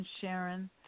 Sharon